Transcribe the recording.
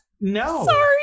No